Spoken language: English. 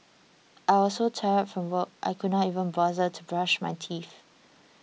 I was so tired from work I could not even bother to brush my teeth